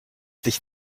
dich